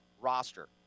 roster